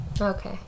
Okay